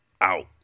out